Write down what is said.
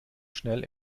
schnell